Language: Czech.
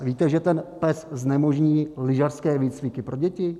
Víte, že ten PES znemožní lyžařské výcviky pro děti?